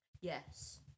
Yes